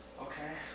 Okay